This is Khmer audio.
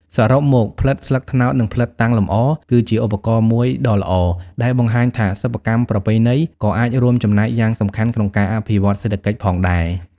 សរុបមក ផ្លិតស្លឹកត្នោត និងផ្លិតតាំងលម្អ គឺជាឧទាហរណ៍មួយដ៏ល្អដែលបង្ហាញថា សិប្បកម្មប្រពៃណីក៏អាចរួមចំណែកយ៉ាងសំខាន់ក្នុងការអភិវឌ្ឍសេដ្ឋកិច្ចផងដែរ។